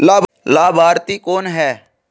लाभार्थी कौन है?